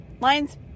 Lines